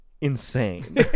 insane